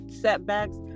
setbacks